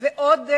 ועוד,